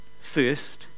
first